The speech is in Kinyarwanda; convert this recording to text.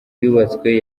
yubatswe